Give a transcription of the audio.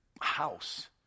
house